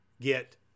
get